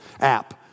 app